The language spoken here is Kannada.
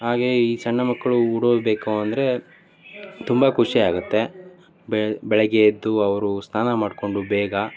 ಹಾಗೇ ಈ ಸಣ್ಣ ಮಕ್ಕಳು ಉಡೋದು ಬೇಕು ಅಂದರೆ ತುಂಬ ಖುಷಿಯಾಗುತ್ತೆ ಬೆಳಗ್ಗೆ ಎದ್ದು ಅವರು ಸ್ನಾನ ಮಾಡಿಕೊಂಡು ಬೇಗ